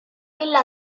villa